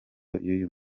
y’uyu